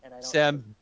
Sam